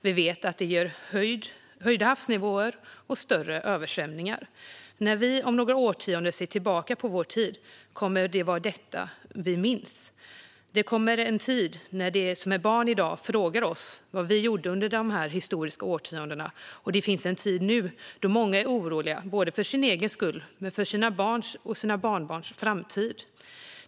Vi vet att det ger höjda havsnivåer och större översvämningar. När vi om några årtionden ser tillbaka på vår tid kommer det att vara detta vi minns. Det kommer en tid när de som är barn i dag frågar oss vad vi gjorde under de här historiska årtiondena, och det finns en tid nu då många är oroliga både för sin egen skull och för sina barns och barnbarns framtid.